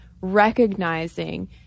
recognizing